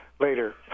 later